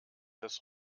das